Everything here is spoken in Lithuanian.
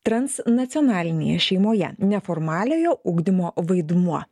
transnacionalinėje šeimoje neformaliojo ugdymo vaidmuo